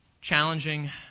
challenging